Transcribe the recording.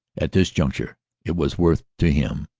at this juncture it was worth to him,